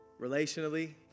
relationally